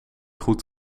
goed